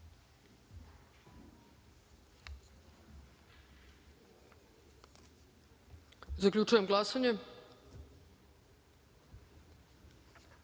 to? Zaključujem glasanje: